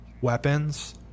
weapons